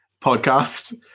podcast